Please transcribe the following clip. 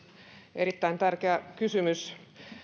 erittäin tärkeä kysymys